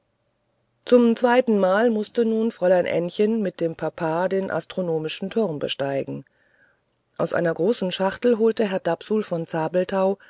zum zweitenmal mußte nun fräulein ännchen mit dem papa den astronomischen turm besteigen aus einer großen schachtel holte herr dapsul von